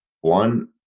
one